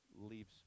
leaves